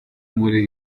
muri